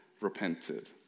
repented